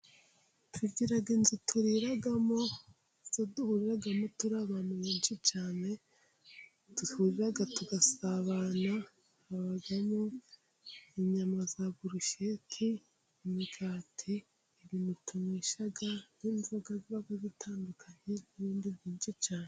TUgira inzu turiraramo, izo duhuriraramo turi abantu benshi cyane, twiga tugasabana, habamo inyama za burusheti, imigati, ibi tuywesha n'inzoga ziba zitandukanye n'ibindi byinshi cyane.